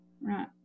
right